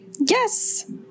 yes